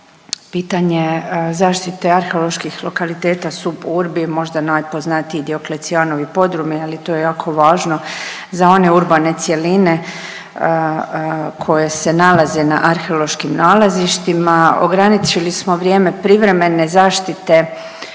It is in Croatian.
pitanje zaštite arheoloških lokaliteta suburbia možda najpoznatiji Dioklecijanovi Podrumi, ali to je jako važno za one urbane cjeline koje se nalaze na arheološkim nalazištima. Ograničili smo vrijeme privremene zaštite